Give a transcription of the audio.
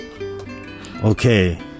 okay